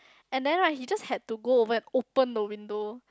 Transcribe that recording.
and then right he just had to go over and open the window